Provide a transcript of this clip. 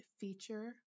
feature